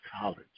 college